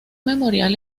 memorial